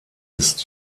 ist